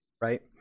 right